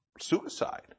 suicide